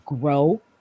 grow